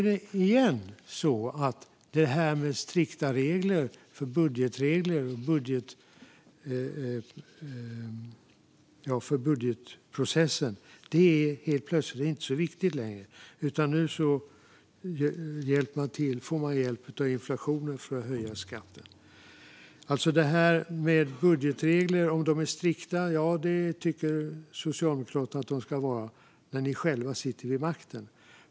Då är strikta budgetregler för budgetprocessen helt plötsligt inte så viktigt längre. Nu får man hjälp av inflationen för att höja skatten. Ni i Socialdemokraterna tycker att budgetregler ska vara strikta när ni själva sitter vid makten.